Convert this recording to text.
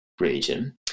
region